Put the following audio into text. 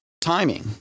timing